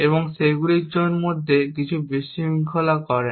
এবং সেগুলির মধ্যে কিছু বিশৃঙ্খলা করেন